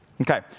Okay